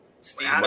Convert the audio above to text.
Steve